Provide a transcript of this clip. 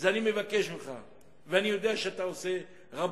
אז אני מבקש ממך, ואני יודע שאתה עושה רבות.